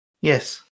Yes